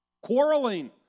Quarreling